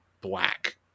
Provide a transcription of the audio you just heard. black